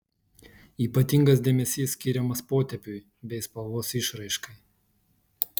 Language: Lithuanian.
ypatingas dėmesys skiriamas potėpiui bei spalvos išraiškai